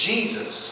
Jesus